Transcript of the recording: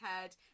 head